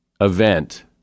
event